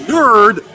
Nerd